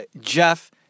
Jeff